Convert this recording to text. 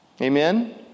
Amen